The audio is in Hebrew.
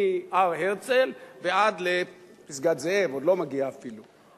מהר-הרצל עד פסגת-זאב, עוד לא מגיעה אפילו.